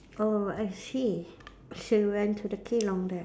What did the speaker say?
oh I see so you went to the kelong there